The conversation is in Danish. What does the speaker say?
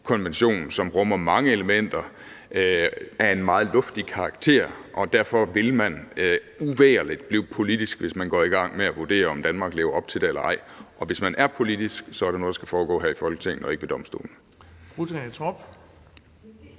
konvention, som rummer mange elementer af en meget luftig karakter, og derfor vil man uvægerlig blive politisk, hvis man går i gang med at vurdere, om Danmark lever op til det eller ej. Og hvis man er politisk, er det noget, der skal foregå her i Folketinget og ikke ved domstolen.